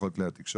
בכל כלי התקשורת,